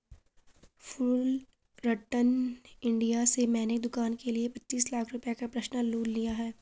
Fullerton India से मैंने दूकान के लिए पचीस लाख रुपये का पर्सनल लोन लिया है